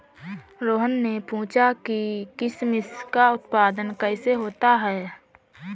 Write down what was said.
रोहन ने पूछा कि किशमिश का उत्पादन कैसे होता है?